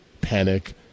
panic